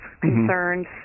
concerns